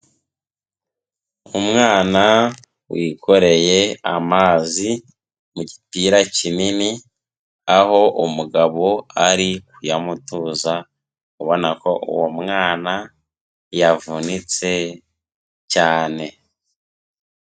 Umwana wikoreye amazi mu gipira kinini, aho umugabo ari kuyamutuza ubona ko uwo mwana yavunitse cyane.